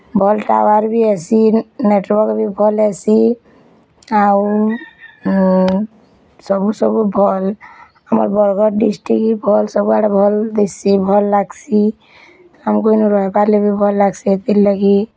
ଭଲ ଟାୱାର୍ ଆସି ନେଟୱାର୍କ ବି ଭଲ୍ ଆସିଚି୍ ଆଉ ସବୁ ସବୁ ଭଲ୍ ଆମର୍ ବରଗଡ଼ ଡିଷ୍ଟ୍ରିକ୍ଟ୍ ଭଲ୍ ସବୁଆଡ଼େ ଭଲ୍ ଦିଶିଚି ଭଲ୍ ଲାଗସି ଆମକୁ୍ ରହିବାର୍ ଲାଗି ଭଲ ଲାଗ୍ସି ସେଥିର୍ଲାଗି